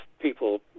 people